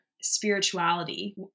spirituality